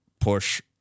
Push